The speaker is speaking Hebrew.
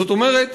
זאת אומרת,